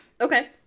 Okay